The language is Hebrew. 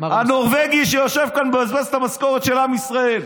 הנורבגי שיושב כאן ומבזבז את המשכורת של עם ישראל.